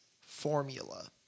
formula